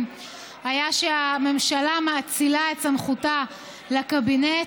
היה שהממשלה מאצילה את סמכותה לקבינט.